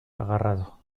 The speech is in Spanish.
agarrado